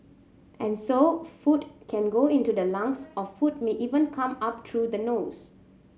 and so food can go into the lungs or food may even come up through the nose